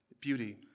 beauty